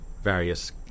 various